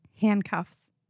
Handcuffs